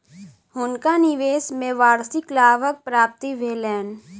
हुनका निवेश में वार्षिक लाभक प्राप्ति भेलैन